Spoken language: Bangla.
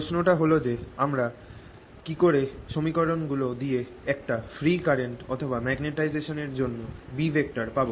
প্রশ্ন টা হল যে আমরা কি করে এই সমীকরণ গুলো দিয়ে একটা ফ্রী কারেন্টম্যাগনেটাইজেসন এর জন্য B পাব